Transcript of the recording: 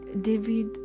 David